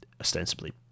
ostensibly